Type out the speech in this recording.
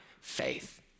faith